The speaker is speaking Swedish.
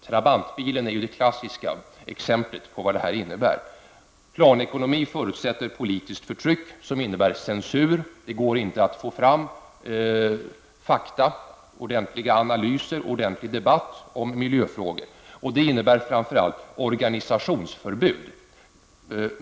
Trabantbilen är det klassiska exemplet på vad det här innebär. Planekonomi förutsätter politiskt förtryck som innebär censur. Det går inte att få fram fakta eller ordentliga analyser och att föra en ordentlig debatt om miljöfrågor, och det innebär framför allt organisationsförbud.